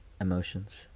emotions